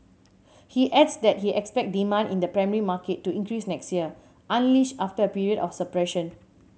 he adds that he expect demand in the primary market to increase next year unleashed after a period of suppression